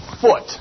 foot